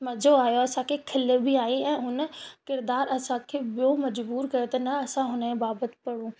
मजो आयो असांखे खिल बि आई ऐं हुन किरदारु असांखे ॿियो मजबूर कयो त न असां हुन जे बाबति पढ़ू